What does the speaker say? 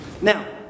Now